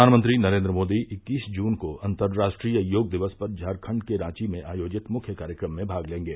प्रधानमंत्री नरेन्द्र मोदी इक्कीस जून को अंतर्राष्ट्रीय योग दिवस पर झारखण्ड के रांची में आयोजित मुख्य कार्यक्रम में भाग लेंगे